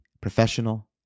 professional